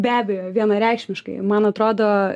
be abejo vienareikšmiškai man atrodo